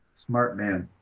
smart man.